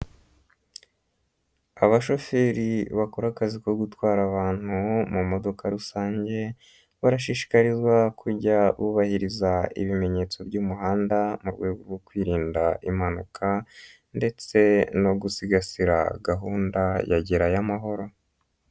Abashoferi bakora akazi ko gutwara abantu mu modoka rusange, barashishikarizwa kujya bubahiriza ibimenyetso by'umuhanda mu rwego rwo kwirinda impanuka ndetse no gusigasira gahunda ya gerayo amahoro.